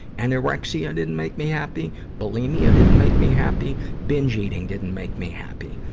anorexia didn't make me happy. bulimia didn't make me happy. binge eating didn't make me happy.